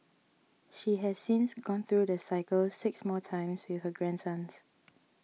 she has since gone through the cycle six more times with her grandsons